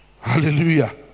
Hallelujah